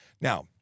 Now